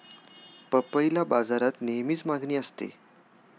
पपईला बाजारात नेहमीच मागणी असते